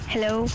Hello